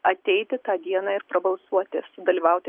ateiti tą dieną ir prabalsuoti sudalyvauti